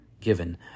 given